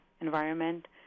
environment